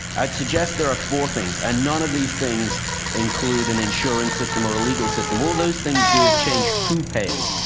i'd suggest there are four things, and none of these things include an insurance system or a legal system. all those things do is change who pays.